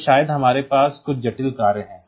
तो शायद हमारे पास कुछ जटिल कार्य है